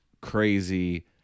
crazy